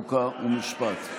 חוק ומשפט.